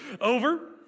over